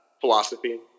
Philosophy